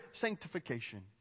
sanctification